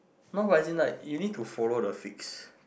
not but in like you need to follow the fits